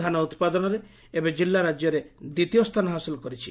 ଧାନ ଉପାଦନରେ ଏବେ ଜିଲ୍ଲା ରାକ୍ୟରେ ଦିତୀୟସ୍ତାନ ହାସଲ କରିଛି